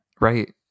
Right